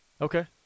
Okay